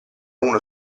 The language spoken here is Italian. uno